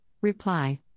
reply